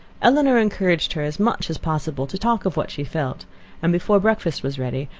elinor encouraged her as much as possible to talk of what she felt and before breakfast was ready,